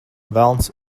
velns